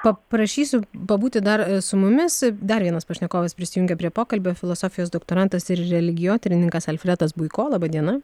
pa prašysiu pabūti dar su mumis dar vienas pašnekovas prisijungė prie pokalbio filosofijos doktorantas ir religijotyrininkas alfredas buiko laba diena